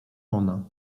ona